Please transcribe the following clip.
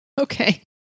Okay